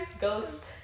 Ghost